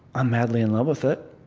i'm madly in love with it,